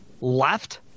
left –